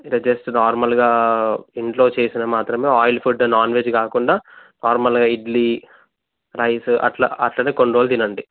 ఇట్లా జస్ట్ నార్మల్గా ఇంట్లో చేసింది మాత్రమే ఆయిల్ ఫుడ్ నాన్ వెజ్ కాకుండా నార్మల్గా ఇడ్లీ రైస్ అట్లా అట్లనే కొన్ని రోజులు తినండి